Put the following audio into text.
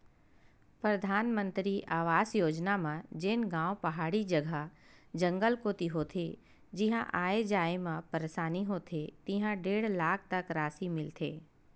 परधानमंतरी आवास योजना म जेन गाँव पहाड़ी जघा, जंगल कोती होथे जिहां आए जाए म परसानी होथे तिहां डेढ़ लाख तक रासि मिलथे